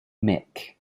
mick